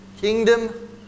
Kingdom